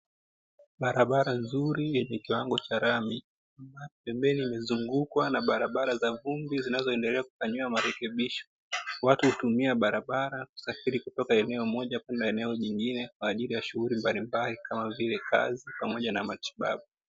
Barabara nzuri yenye kiwango cha rami, Pembeni imezungukwa na barabara za vumbi zinazo endelea kufanyiwa marekebisho, Watu hutumia barabara kusafiri kutoka eneo moja kwenda jengine kwaajili ya shughuli mbalimbali kama vile kazi pamoja na matibabu.